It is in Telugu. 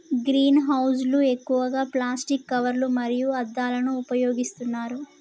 గ్రీన్ హౌస్ లు ఎక్కువగా ప్లాస్టిక్ కవర్లు మరియు అద్దాలను ఉపయోగిస్తున్నారు